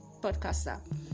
podcaster